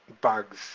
bugs